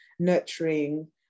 nurturing